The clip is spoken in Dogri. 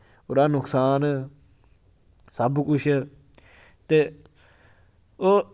ओह्दा नकसान सब किश ते ओह्